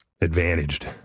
advantaged